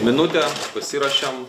minutę pasiruošiam